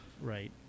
right